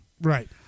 Right